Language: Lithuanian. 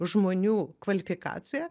žmonių kvalifikacija